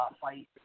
fight